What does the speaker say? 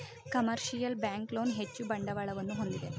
commercial bank loan ಹೆಚ್ಚು ಬಂಡವಾಳವನ್ನು ಹೊಂದಿದೆ